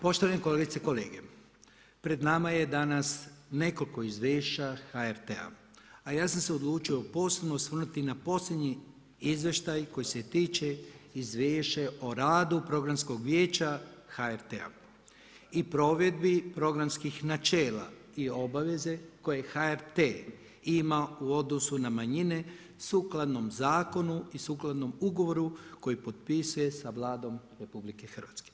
Poštovane kolegice i kolege, pred nama je nekoliko izvješća HRT-a a ja sam se odlučio posebno osvrnuti na posljednji izvještaj koji se tiče izvješće o radu Programskog vijeća HRT-a i provedbi programskih načela i obaveze koje HRT ima u odnosu na manjine sukladno zakonu i sukladno ugovoru koji potpisuje sa Vladom RH.